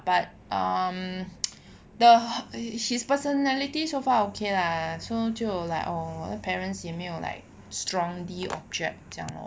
but um the his personality so far okay lah so 就 like oh 我的 parents 也没有 like strongly object 这样 lor